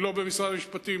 היא לא במשרד המשפטים,